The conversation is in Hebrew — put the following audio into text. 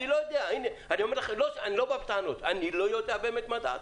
אני לא בא בטענות, אני לא יודע באמת מה דעתו.